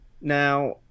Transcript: Now